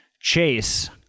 chase